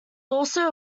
also